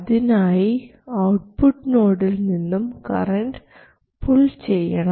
അതിനായി ഔട്ട്പുട്ട് നോഡിൽ നിന്നും കറൻറ് പുൾ ചെയ്യണം